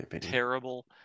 terrible